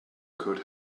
could